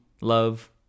love